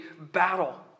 battle